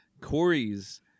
Corey's